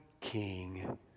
king